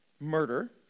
Murder